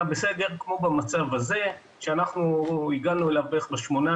בסגר כמו במצב הזה שהגענו אליו ב-18